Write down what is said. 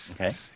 Okay